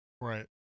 Right